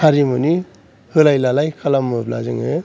हारिमुनि होलाय लालाय खालामोब्ला जोङो